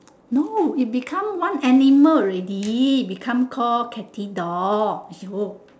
no it become one animal already become call catty dog !aiyo!